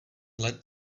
let